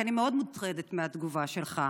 כי אני מאוד מוטרדת מהתגובה שלך,